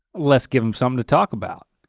let's give him something to talk about.